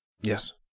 yes